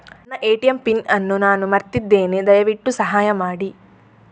ನನ್ನ ATM PIN ಅನ್ನು ನಾನು ಮರ್ತಿದ್ಧೇನೆ, ದಯವಿಟ್ಟು ಸಹಾಯ ಮಾಡಿ